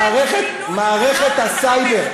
מערכת הסייבר,